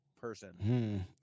person